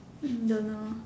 don't know